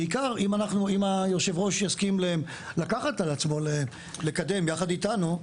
בעיקר אם יושב הראש יסכים לקחת על עצמו לקדם ביחד איתנו.